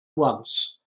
once